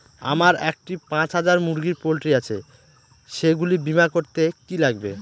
আমার একটি পাঁচ হাজার মুরগির পোলট্রি আছে সেগুলি বীমা করতে কি লাগবে?